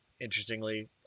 interestingly